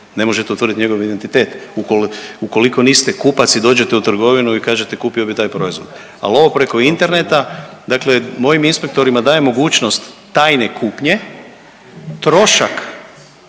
Ne možete utvrditi njegov identitet, ukoliko niste kupac i dođete u trgovinu i kažete, kupio bi taj proizvod. Ali ovo preko interneta, dakle mojim inspektorima dajem mogućnost tajne kupnje, trošak